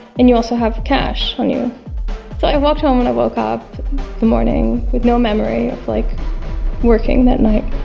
and you also have cash on you so i walked home when i woke up the morning with no memory of like working that night.